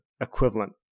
equivalent